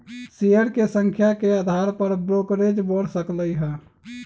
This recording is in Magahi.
शेयर के संख्या के अधार पर ब्रोकरेज बड़ सकलई ह